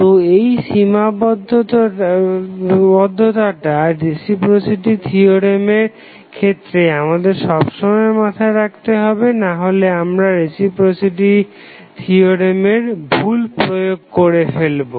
তো এই সীমাবদ্ধতাটা রেসিপ্রোসিটি থিওরেমের ক্ষেত্রে আমাদের সব সময় মাথায় রাখতে হবে নাহলে আমরা রেসিপ্রোসিটি থিওরেমের ভুল প্রয়োগ করে ফেলবো